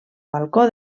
balcó